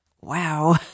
wow